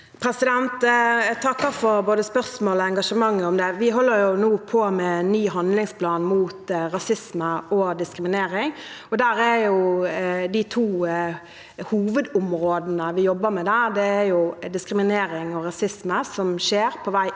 Jeg takker for både spørsmålet og engasjementet for dette. Vi arbeider nå med en ny handlingsplan mot rasisme og diskriminering. De to hovedområdene vi jobber med i den forbindelse, er diskriminering og rasisme som skjer på vei inn